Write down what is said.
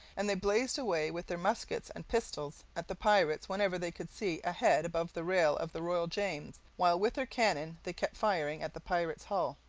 and they blazed away with their muskets and pistols at the pirates whenever they could see a head above the rail of the royal james, while with their cannon they kept firing at the pirate's hull.